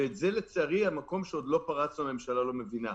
וזה, לצערי, המקום שהממשלה לא מבינה.